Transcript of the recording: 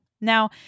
Now